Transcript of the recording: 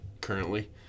currently